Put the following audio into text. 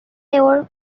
তেওঁৰ